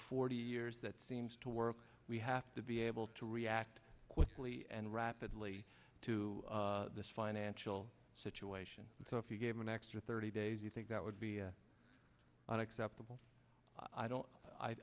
years that seems to work we have to be able to react quickly and rapidly to this financial situation so if you gave an extra thirty days you think that would be unacceptable i